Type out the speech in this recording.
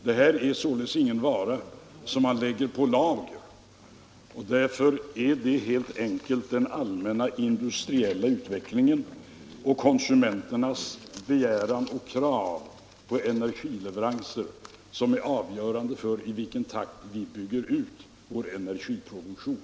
Det är således ingen vara som man lägger på lager, utan det är helt enkelt den allmänna industriella utvecklingen och konsumenternas begäran och krav på energileveranser som är avgörande för i vilken takt vi bygger ut vår energiproduktion.